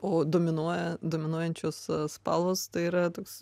o dominuoja dominuojančios spalvos tai yra toks